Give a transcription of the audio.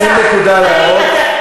שים נקודה על ההערות.